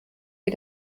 wie